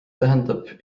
tähendab